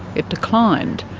it declined.